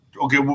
okay